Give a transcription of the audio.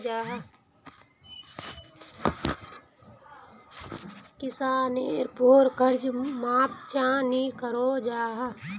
किसानेर पोर कर्ज माप चाँ नी करो जाहा?